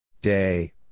Day